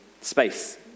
space